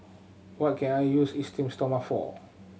what can I use Esteem Stoma for